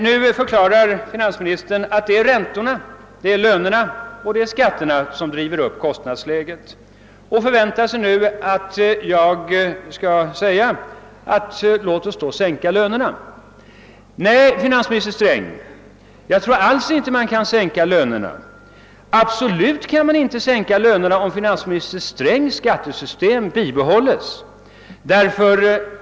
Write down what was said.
Nu förklarar finansministern, att det är räntorna, lönerna och skatterna som driver upp kostnadsläget, och han förväntar sig att jag skall säga: Låt oss då sänka lönerna! Nej, finansminister Sträng, jag tror inte alls att man kan sänka lönerna. Man kan absolut inte sänka lönerna om =: finansminister Strängs skattesystem bibehålls.